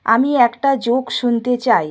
আমি একটা জোক শুনতে চাই